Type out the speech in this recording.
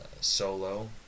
Solo